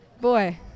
Boy